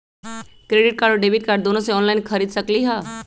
Credit card और debit card दोनों से ऑनलाइन खरीद सकली ह?